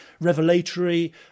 revelatory